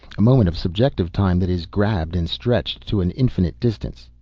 a moment of subjective time that is grabbed and stretched to an infinite distance.